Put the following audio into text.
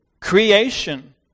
creation